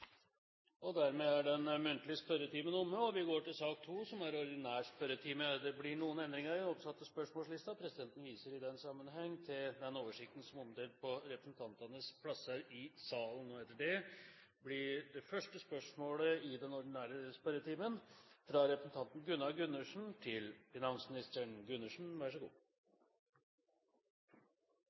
Dermed er den muntlige spørretimen omme, og vi går over til den ordinære spørretimen. Det blir noen endringer i den oppsatte spørsmålslisten. Presidenten viser i den sammenheng til den oversikten som er omdelt på representantenes plasser i salen. De foreslåtte endringene i den ordinære spørretimen foreslås godkjent. – Det anses vedtatt. Endringene var som følger: Spørsmål 1, fra representanten Per Roar Bredvold til